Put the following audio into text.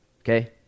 okay